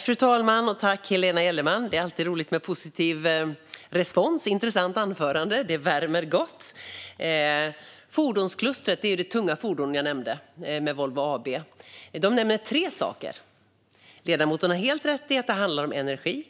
Fru talman! Det är alltid roligt med positiv respons. Helena Gellerman sa att det var ett intressant anförande. Det värmer gott. Fordonsklustret jag nämnde är de tunga fordonsföretagen, bland annat Volvo AB. De nämnde tre saker. Ledamoten har helt rätt i att det handlar om energi.